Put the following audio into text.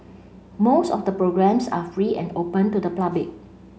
most of the programmes are free and open to the public